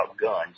guns